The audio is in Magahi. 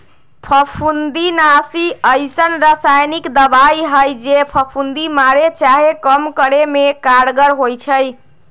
फफुन्दीनाशी अइसन्न रसायानिक दबाइ हइ जे फफुन्दी मारे चाहे कम करे में कारगर होइ छइ